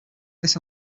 this